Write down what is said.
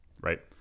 Right